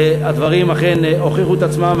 הדברים אכן הוכיחו את עצמם.